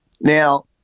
Now